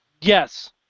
Yes